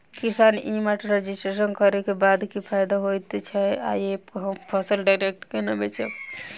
किसान e mart registration करै केँ बाद की फायदा होइ छै आ ऐप हम फसल डायरेक्ट केना बेचब?